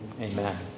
Amen